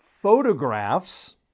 photographs